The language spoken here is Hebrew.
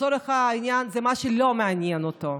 לצורך העניין, זה מה שלא מעניין אותו.